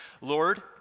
Lord